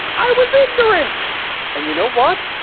i was ignorant and you know what?